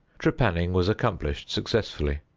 trepanning was accomplished successfully.